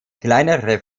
kleinere